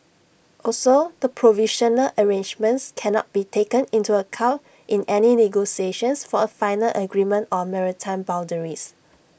also the provisional arrangements cannot be taken into account in any negotiations for A final agreement on maritime boundaries